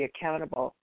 accountable